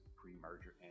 pre-merger